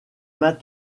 mains